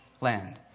land